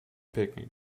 picknick